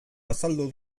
azaldu